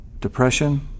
depression